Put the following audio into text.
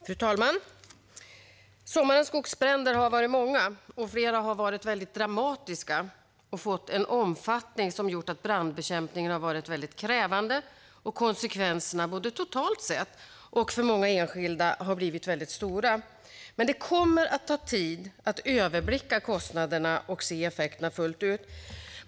Fru talman! Sommarens skogsbränder har varit många, och flera har varit väldigt dramatiska och fått en omfattning som gjort att brandbekämpningen varit krävande och att konsekvenserna, både totalt sett och för många enskilda, har blivit stora. Men det kommer att ta tid att överblicka kostnaderna och se effekterna fullt ut.